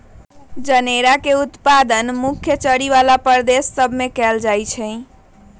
जनेरा के उत्पादन मुख्य चरी बला प्रदेश सभ में कएल जाइ छइ